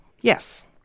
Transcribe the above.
Yes